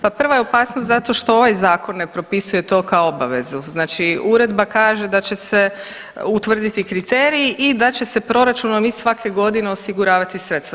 Pa prva je opasnost zato što ovaj zakon ne propisuje to kao obavezu, znači uredba kaže da će se utvrditi kriteriji i da će se proračunom i svake godine osiguravati sredstva.